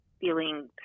feeling